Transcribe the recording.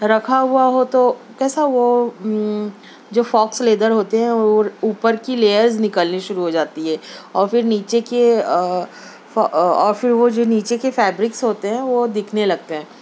رکھا ہوا ہو تو کیسا وہ جو فاکس لیدر ہوتے ہیں اور اوپر کی لیئرز نکلنی شروع ہو جاتی ہے اور پھر نیچے کے اور پھر وہ جو نیچے کے فیبرکس ہوتے ہیں وہ دکھنے لگتے ہیں